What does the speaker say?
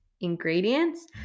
ingredients